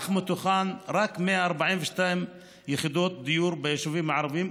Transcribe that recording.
אך מתוכן רק 142 יחידות דיור ביישובים הערביים,